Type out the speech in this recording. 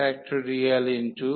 n 1